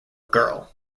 girl